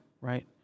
right